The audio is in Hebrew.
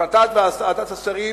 החלטת ועדת השרים